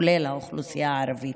כולל האוכלוסייה הערבית.